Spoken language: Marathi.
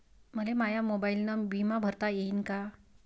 मले माया मोबाईलनं बिमा भरता येईन का?